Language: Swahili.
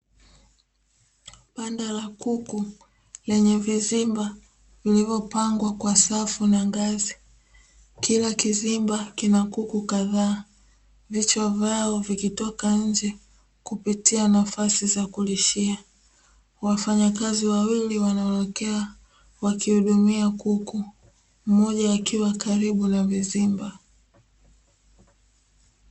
Banda la kuku lenye vizimba vilivyopangwa kwa safu na ngazi, kila kizimba kina kuku kadhaa vichwa vyao vikitoka nje kupitia nafasi za kulishia, wafanyakazi wawili wanaoelekea wakihudumia kuku mmoja akiwa karibu na vizimba.